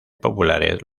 populares